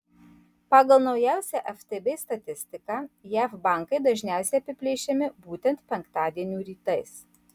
pagal naujausią ftb statistiką jav bankai dažniausiai apiplėšiami būtent penktadienių rytais